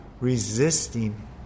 resisting